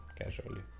casually